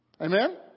Amen